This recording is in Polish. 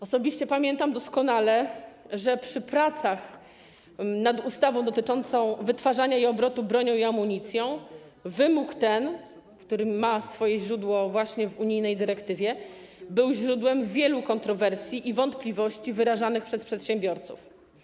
Osobiście pamiętam doskonale, że przy pracach nad ustawą dotyczącą wytwarzania i obrotu bronią i amunicją wymóg ten, który ma swoje źródło właśnie w unijnej dyrektywie, był źródłem wielu kontrowersji i wątpliwości wyrażanych przez przedsiębiorców.